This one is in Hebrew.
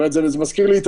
זה מזכיר לי,